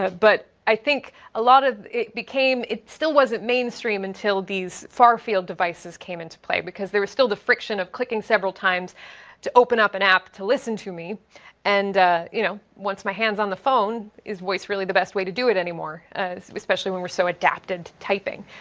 but i think a lot of, it became it still wasn't mainstream until these far-field devices came into play because there was still the friction of clicking several times to open up an app to listen to me and you know once my hand's on the phone is voice really the best way to do it anymore? especially when we're so adapted to typing.